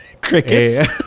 crickets